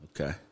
Okay